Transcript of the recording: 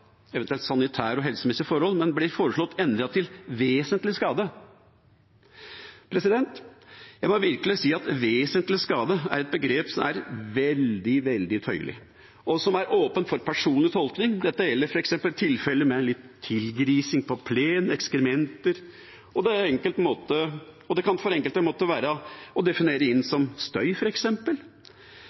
eventuelt sanitære og helsemessige forhold. Det blir foreslått endret til «vesentlig skade». Jeg må virkelig si at «vesentlig skade» er et begrep som er veldig, veldig tøyelig, og som er åpent for personlig tolkning. Dette gjelder f.eks. tilfeller med litt tilgrising på plen, ekskrementer, og det kan for enkelte måtte være å definere inn som støy